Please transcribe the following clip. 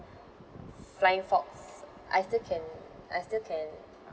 flying fox I still can I still can